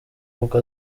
kuko